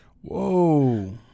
Whoa